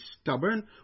stubborn